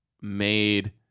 made